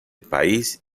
país